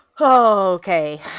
Okay